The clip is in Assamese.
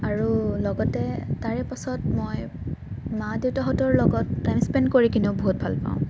আৰু লগতে তাৰে পাছত মই মা দেউতাহঁতৰ লগত টাইম স্পেন কৰি কিনেও বহুত ভাল পাওঁ